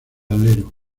alero